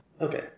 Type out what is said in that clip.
Okay